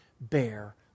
bear